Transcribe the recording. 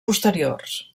posteriors